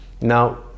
now